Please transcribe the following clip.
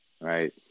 Right